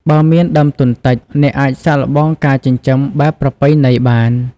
បើមានដើមទុនតិច អ្នកអាចសាកល្បងការចិញ្ចឹមបែបប្រពៃណីបាន។